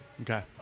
Okay